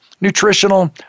nutritional